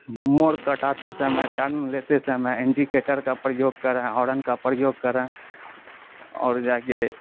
مور کٹاتے سمے ٹرن لیتے سمے انڈیکیٹر کا پریوگ کریں ہارن کا پریوگ کریں اور جا کے